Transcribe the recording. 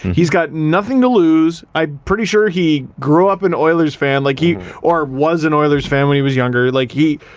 he's got nothing to lose. i'm pretty sure he grew up in oilers fan, like he, or was an oilers fan when he was younger. like, he.